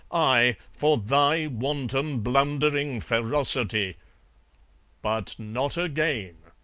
i, for thy wanton, blundering ferocity but not again!